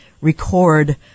record